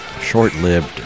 short-lived